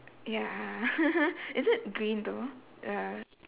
ya is it green though uh